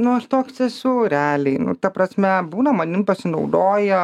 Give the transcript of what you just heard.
nu aš toks esu realiai nu ta prasme būna manim pasinaudoja